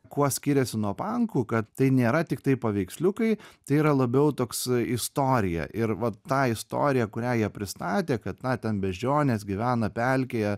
kuo skiriasi nuo pankų kad tai nėra tiktai paveiksliukai tai yra labiau toks istorija ir vat tą istoriją kurią ją pristatė kad na ten beždžionės gyvena pelkėje